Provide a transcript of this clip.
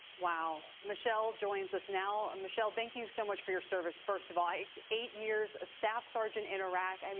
michelle joins us now michelle, thank you so much for your service, first of all like eight years, a staff sergeant in iraq, i mean